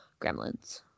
Gremlins